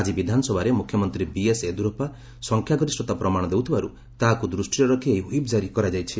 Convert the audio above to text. ଆଜି ବିଧାନସଭାରେ ମୁଖ୍ୟମନ୍ତ୍ରୀ ବିଏସ୍ ୟେଦୁରପ୍ସା ସଂଖ୍ୟା ଗରିଷତା ପ୍ରମାଣ ଦେଉଥିବାରୁ ତାହାକୁ ଦୃଷ୍ଟିରେ ରଖି ଏହି ହୁଇପ୍ ଜାରି କରାଯାଇଛି